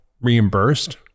reimbursed